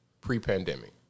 pre-pandemic